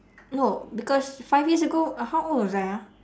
no because five years ago how old was I ah